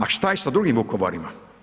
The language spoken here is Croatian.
A šta je sa drugim Vukovarima?